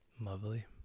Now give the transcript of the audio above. lovely